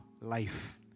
life